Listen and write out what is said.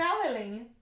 traveling